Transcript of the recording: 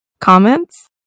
comments